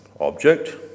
object